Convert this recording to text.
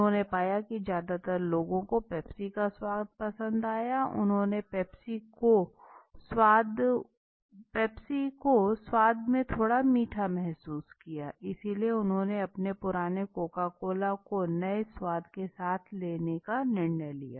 उन्होंने पाया की ज्यादातर लोगों को पेप्सी का स्वाद पसंद है उन्होंने पेप्सी को स्वाद में थोड़ा मीठा महसूस किया इसलिए उन्होंने अपने पुराने कोका कोला को नए स्वाद के साथ लेन का निर्णय लिया